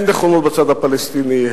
אין נכונות בצד הפלסטיני,